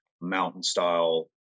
mountain-style